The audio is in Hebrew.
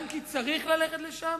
גם כי צריך ללכת לשם,